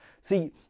See